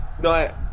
No